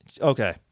Okay